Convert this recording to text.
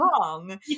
wrong